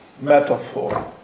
metaphor